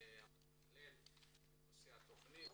שמתכלל את נושא התכנית.